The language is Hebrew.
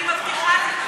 אני מבטיחה לך.